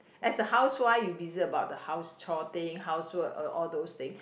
as a housewife you busy about the house chore thing housework and all those thing